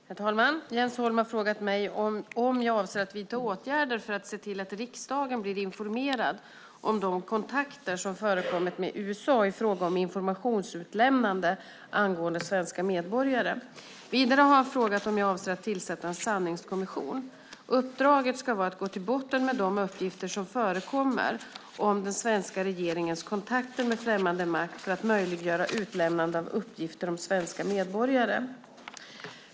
Herr talman! Jens Holm har frågat mig om jag avser att vidta åtgärder för att se till att riksdagen blir informerad om de kontakter som förekommit med USA i fråga om informationsutlämnande angående svenska medborgare. Vidare har han frågat om jag avser att tillsätta en sanningskommission. Uppdraget ska vara att gå till botten med de uppgifter som förekommer om den svenska regeringens kontakter med främmande makt för att möjliggöra utlämnande av uppgifter om svenska medborgare.